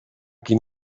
qui